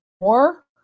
more